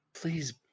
please